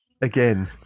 Again